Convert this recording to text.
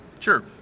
Sure